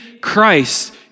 Christ